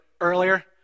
earlier